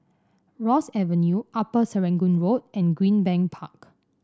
Ross Avenue Upper Serangoon Road and Greenbank Park